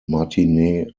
martine